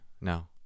no